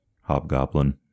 hobgoblin